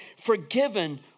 forgiven